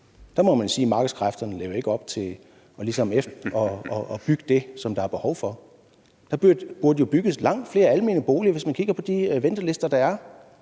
Der må man sige, at markedskræfterne ikke lever op til at bygge det, der er behov for. Der burde jo bygges langt flere almene boliger, hvis man kigger på de ventelister, der er.